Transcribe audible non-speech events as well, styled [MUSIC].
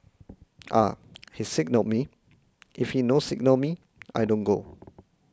[HESITATION] He signal me if he no signal me I don't go